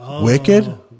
Wicked